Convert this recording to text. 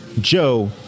Joe